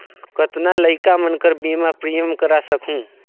कतना लइका मन कर बीमा प्रीमियम करा सकहुं?